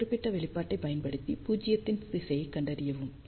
இந்த குறிப்பிட்ட வெளிப்பாட்டைப் பயன்படுத்தி பூஜ்யத்தின் திசையைக் கண்டறியவும்